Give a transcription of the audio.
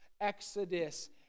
Exodus